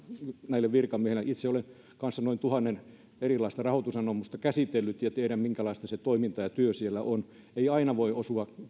näille virkamiehille itse olen kanssa noin tuhat erilaista rahoitusanomusta käsitellyt ja tiedän minkälaista se toiminta ja työ siellä on ei aina voi osua